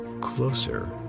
closer